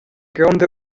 gronda